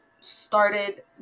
started